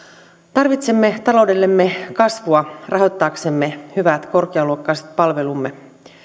tarvitsemme taloudellemme kasvua rahoittaaksemme hyvät korkealuokkaiset palvelumme